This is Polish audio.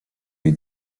jej